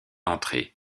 entrer